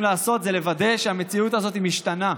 לעשות זה לוודא שהמציאות הזאת משתנה,